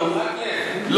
לא.